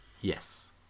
Yes